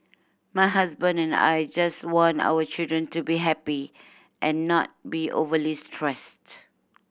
my husband and I just want our children to be happy and not be overly stressed